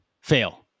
fail